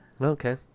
Okay